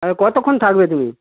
আর কতক্ষণ থাকবে তুমি